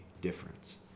difference